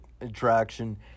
Attraction